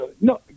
No